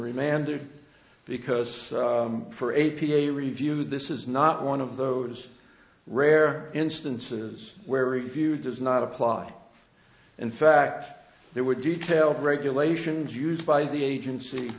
remanded because for a p a review this is not one of those rare instances where we view does not apply in fact there were detailed regulations used by the agency